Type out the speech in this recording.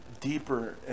deeper